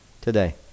today